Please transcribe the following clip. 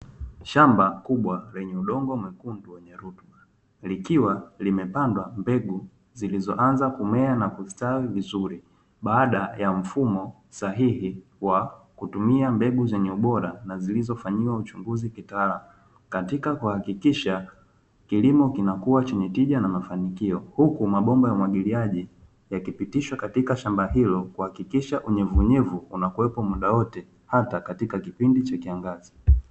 Shamba kubwa lenye udongo mwekundu wenye rutuba likiwa limepandwa mbegu zilizoanza kumea na kustawi vizuri baada ya mfumo sahihi wa kutumia mbegu zenye ubora na zilizofanyiwa uchunguzi kitaalamu, katika kuhakikisha kilimo kinakuwa chenye tija na mafanikio. Huku mabomba ya umwagiliaji yakipitishwa katika shamba hilo kuhakikisha kwamba unyevunyevu unakuwepo muda wote hata katika kipindi cha kiangazi.